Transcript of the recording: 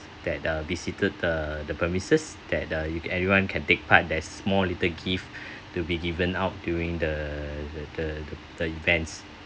that uh visited the the premises that the you everyone can take part there's small little gift to be given out during the the the the events